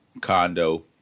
condo